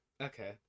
okay